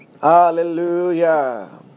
hallelujah